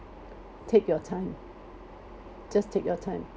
take your time just take your time